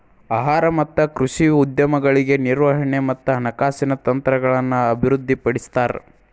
ಆಹಾರ ಮತ್ತ ಕೃಷಿ ಉದ್ಯಮಗಳಿಗೆ ನಿರ್ವಹಣೆ ಮತ್ತ ಹಣಕಾಸಿನ ತಂತ್ರಗಳನ್ನ ಅಭಿವೃದ್ಧಿಪಡಿಸ್ತಾರ